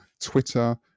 Twitter